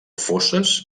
fosses